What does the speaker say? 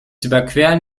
überqueren